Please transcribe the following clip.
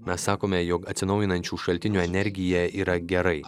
mes sakome jog atsinaujinančių šaltinių energija yra gerai